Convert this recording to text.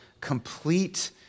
complete